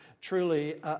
truly